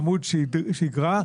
עמוד שדרה,